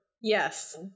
Yes